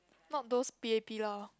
not those P_A_P lah